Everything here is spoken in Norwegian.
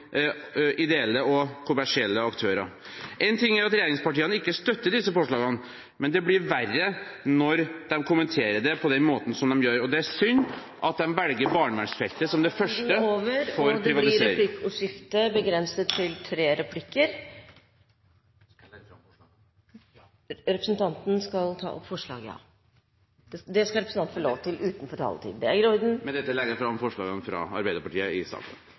ideelle og kommersielle aktører? Én ting er at regjeringspartiene ikke støtter disse forslagene, men det blir verre når de kommenterer det på den måten som de gjør. Det er synd at de velger barnevernsfeltet som det første for privatiseringer. Da er tiden ute. Jeg skal legge fram forslagene. Det skal representanten få lov til utenfor taletiden. Med dette legger jeg fram forslagene fra Arbeiderpartiet i saken.